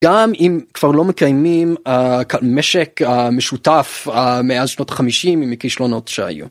גם אם כבר לא מקיימים אה.. משק אה... משותף אה... מאז שנות ה50 מכשלונות שהיו.